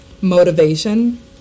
Motivation